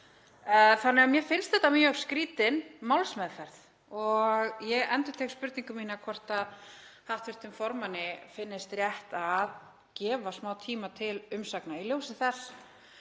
Þannig að mér finnst þetta mjög skrýtin málsmeðferð og ég endurtek spurningu mína hvort hv. formanni finnist rétt að gefa smá tíma til umsagna í ljósi þess